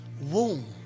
womb